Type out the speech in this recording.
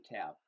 tab